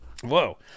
whoa